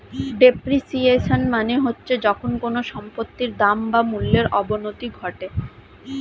depreciation মানে হচ্ছে যখন কোনো সম্পত্তির দাম বা মূল্যর অবনতি ঘটে